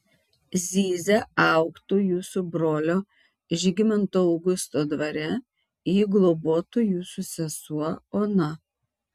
zyzia augtų jūsų brolio žygimanto augusto dvare jį globotų jūsų sesuo ona